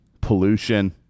pollution